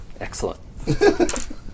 Excellent